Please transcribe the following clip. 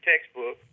textbook